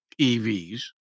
evs